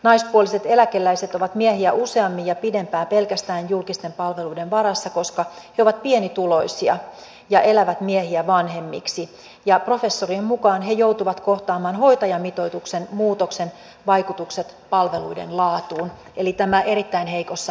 naispuoliset eläkeläiset ovat miehiä useammin ja pidempään pelkästään julkisten palveluiden varassa koska he ovat pienituloisia ja elävät miehiä vanhemmiksi ja professorien mukaan he joutuvat kohtaamaan hoitajamitoituksen muutoksen vaikutukset palveluiden laatuun eli tämä erittäin heikossa asemassa oleva joukko